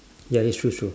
ya it's true true